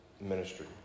ministry